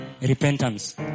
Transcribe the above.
repentance